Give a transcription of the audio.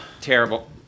terrible